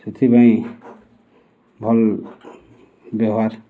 ସେଥିପାଇଁ ଭଲ୍ ବ୍ୟବହାର୍